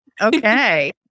Okay